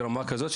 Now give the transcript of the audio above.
ברמה כזאת,